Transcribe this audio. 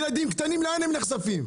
ילדים קטנים, למה הם נחשפים.